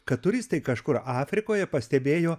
kad turistai kažkur afrikoje pastebėjo